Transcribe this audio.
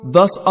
Thus